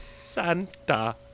santa